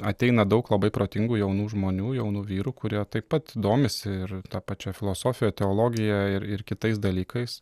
ateina daug labai protingų jaunų žmonių jaunų vyrų kurie taip pat domisi ir ta pačia filosofija teologija ir ir kitais dalykais